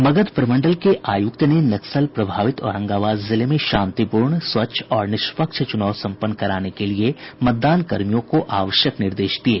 मगध प्रमंडल के आयुक्त ने नक्सल प्रभावित औरंगाबाद जिले में शांतिपूर्ण स्वच्छ और निष्पक्ष चुनाव सम्पन्न कराने के लिये मतदान कर्मियों को आवश्यक निर्देश दिये